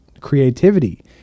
creativity